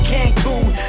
Cancun